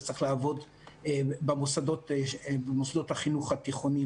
לכן צריך לעבוד על כך במוסדות החינוך התיכוניים.